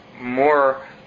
more